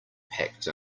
packed